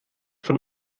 von